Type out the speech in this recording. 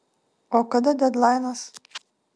o kada dedlainas